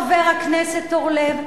חבר הכנסת אורלב,